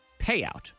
payout